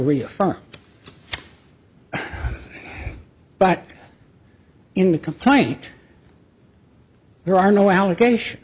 reaffirm but in the complaint there are no allegation